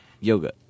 Yoga